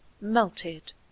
Melted